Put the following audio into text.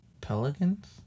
Pelicans